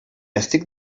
estic